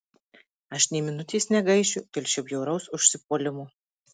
aš nė minutės negaišiu dėl šio bjauraus užsipuolimo